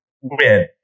win